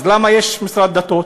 אז למה יש משרד הדתות?